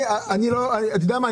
אתה יודע מה?